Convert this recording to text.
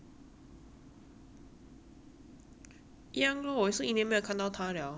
ya lor 我也是一年没有看到他 liao